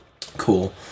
Cool